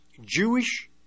Jewish